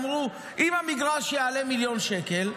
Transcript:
אמרו: אם המגרש יעלה מיליון שקל,